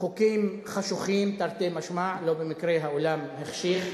חוקים חשוכים, תרתי משמע, לא במקרה האולם החשיך.